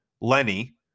Lenny